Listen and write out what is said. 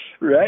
right